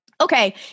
okay